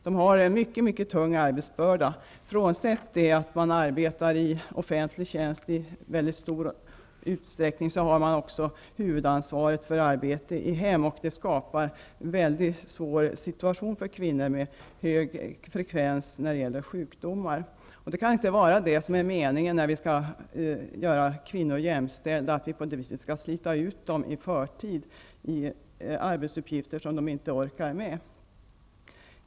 De har en mycket tung arbetsbörda. Frånsett att de i stor utsträckning arbetar inom offentlig sektor har de också huvudansvaret för arbetet i hemmet. Det skapar en mycket svår situation för kvinnor och en hög sjukdomsfrekvens. Det kan inte vara meningen att vi skall slita ut kvinnorna i förtid med arbetsuppgifter som de inte orkar med, när vi skall göra dem jämställda.